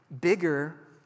bigger